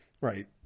Right